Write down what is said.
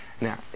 Now